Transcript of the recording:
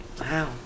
wow